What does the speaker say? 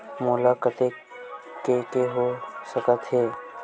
मोला कतेक के के हो सकत हे?